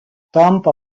tampa